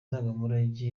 ndangamurage